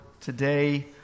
today